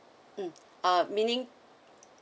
mm uh meaning